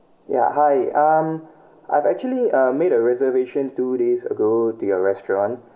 yeah hi um I've actually uh made a reservation two days ago to your restaurant